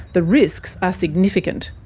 the risks are significant,